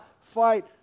fight